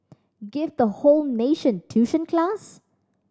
give the whole nation tuition class